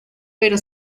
pero